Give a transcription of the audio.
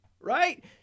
right